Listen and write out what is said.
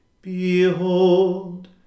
Behold